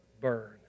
burn